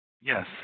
Yes